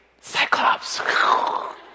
Cyclops